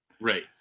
Right